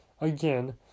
again